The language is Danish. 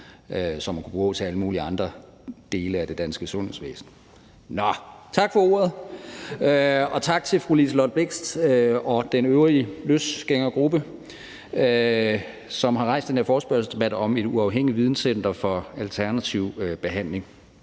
som man kunne bruge til alle mulige andre dele af det danske sundhedsvæsen. Tak til fru Liselott Blixt og den øvrige løsgængergruppe, som har rejst den her forespørgselsdebat om et uafhængigt videncenter for alternativ behandling.